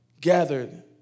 gathered